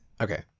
Okay